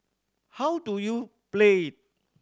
how do you play it